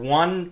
one